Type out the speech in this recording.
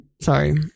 Sorry